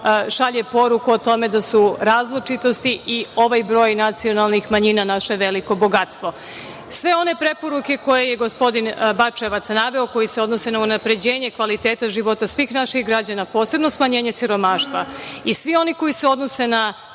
šalje poruku o tome da su različitosti i ovaj broj nacionalnih manjina naše veliko bogatstvo. Sve one preporuke koje je gospodin Bačevac naveo, koje se odnose na unapređenje kvaliteta života svih naših građana, posebno smanjenje siromaštva i svi oni koji se odnose na